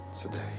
today